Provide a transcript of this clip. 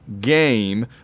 game